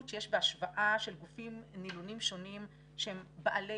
שיש בהשוואה של גופים נלונים שונים שהם בעלי